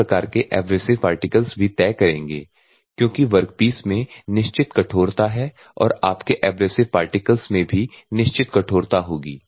इस प्रकार के एब्रेसिव पार्टिकल्स भी तय करेंगे क्योंकि वर्कपीस में निश्चित कठोरता है और आपके एब्रेसिव पार्टिकल्स में भी निश्चित कठोरता होगी